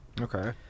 Okay